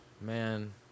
man